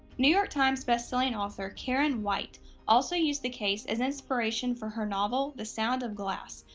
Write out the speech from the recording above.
new york times bestselling author karen white also used the case as inspiration for her novel the sound of glass,